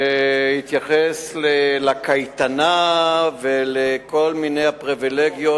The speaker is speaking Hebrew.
שהתייחס לקייטנה ולכל מיני פריווילגיות